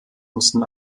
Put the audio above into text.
mussten